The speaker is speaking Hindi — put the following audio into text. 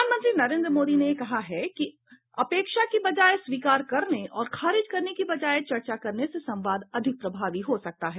प्रधानमंत्री नरेन्द्र मोदी ने कहा है कि अपेक्षा की बजाय स्वीकार करने और खारिज करने की बजाय चर्चा करने से संवाद अधिक प्रभावी हो सकता है